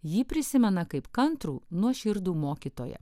jį prisimena kaip kantrų nuoširdų mokytoją